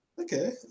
Okay